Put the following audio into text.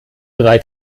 drei